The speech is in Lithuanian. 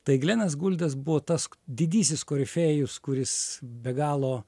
tai glenas guldas buvo tas didysis korifėjus kuris be galo